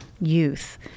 youth